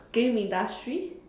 game industry